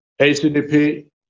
ACDP